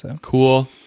Cool